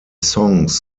songs